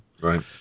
Right